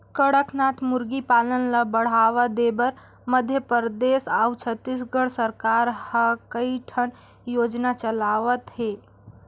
कड़कनाथ मुरगी पालन ल बढ़ावा देबर मध्य परदेस अउ छत्तीसगढ़ सरकार ह कइठन योजना चलावत हे